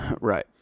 Right